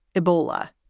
ebola.